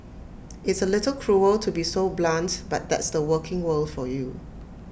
it's A little cruel to be so blunt but that's the working world for you